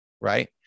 right